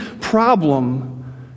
problem